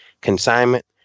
consignment